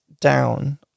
down